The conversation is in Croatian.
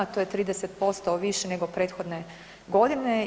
To je 30% više nego prethodne godine.